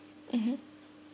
mmhmm